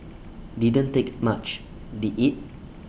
didn't take much did IT